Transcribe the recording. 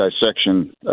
dissection